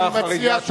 אני מציע,